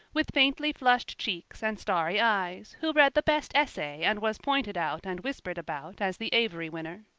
with faintly flushed cheeks and starry eyes, who read the best essay and was pointed out and whispered about as the avery winner.